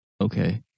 okay